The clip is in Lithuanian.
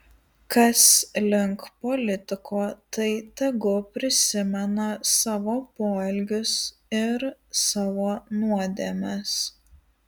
kas link politiko tai tegu prisimena savo poelgius ir savo nuodėmes